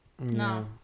No